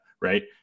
Right